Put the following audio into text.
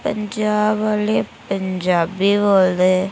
पंजाब आह्ले पंजाबी बोलदे